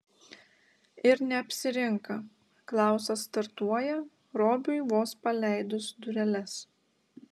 ir neapsirinka klausas startuoja robiui vos paleidus dureles